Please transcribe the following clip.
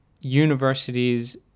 universities